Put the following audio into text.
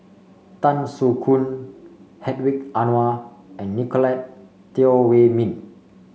Tan Soo Khoon Hedwig Anuar and Nicolette Teo Wei Min